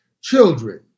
children